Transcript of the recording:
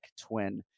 twin